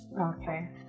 Okay